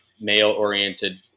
male-oriented